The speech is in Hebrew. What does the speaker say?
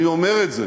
אני אומר את זה